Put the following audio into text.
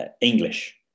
English